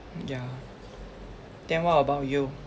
yeah then what about you